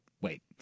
Wait